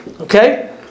Okay